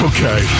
Okay